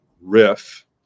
riff